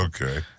Okay